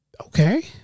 okay